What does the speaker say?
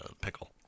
pickle